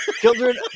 Children